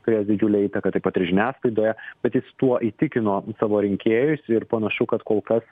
turėjęs didžiulę įtaką taip pat ir žiniasklaidoje bet jis tuo įtikino savo rinkėjus ir panašu kad kol kas